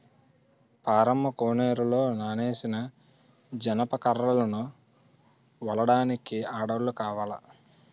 పారమ్మ కోనేరులో నానేసిన జనప కర్రలను ఒలడానికి ఆడోల్లు కావాల